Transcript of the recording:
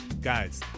guys